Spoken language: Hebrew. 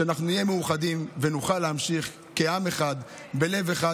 שנהיה מאוחדים ונוכל להמשיך כעם אחד בלב אחד.